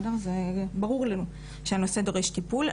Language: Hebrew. ברור לנו שהנושא דורש טיפול,